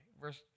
Verse